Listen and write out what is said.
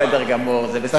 אתה צודק, מאה אחוז, מאה אחוז.